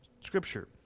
scripture